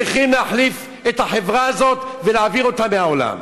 צריכים להחליף את החברה הזאת ולהעביר אותה מהעולם.